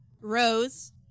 Rose